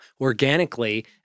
organically